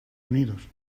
unidos